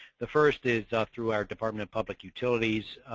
the first is through our department of public utilities.